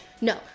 No